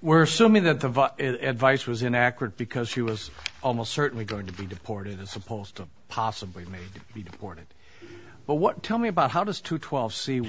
were so mean that the vice advice was inaccurate because she was almost certainly going to be deported as opposed to possibly may be deported but what tell me about how does two twelve see